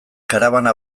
karabana